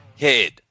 head